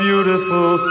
beautiful